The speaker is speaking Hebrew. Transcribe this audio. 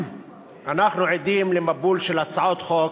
אנחנו עדים למבול של הצעות חוק